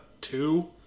two